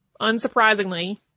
unsurprisingly